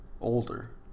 Older